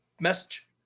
Message